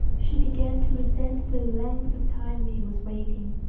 she began to resent the length of time he was waiting.